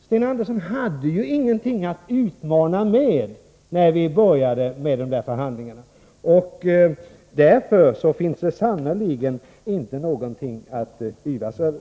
Sten Andersson hade ju ingenting att utmana med när vi började med dessa förhandlingar. Därför finns det sannerligen inte någonting för Sten Andersson att yvas över.